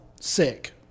sick